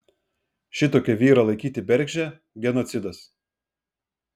šitokį vyrą laikyti bergždžią genocidas